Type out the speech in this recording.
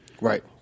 right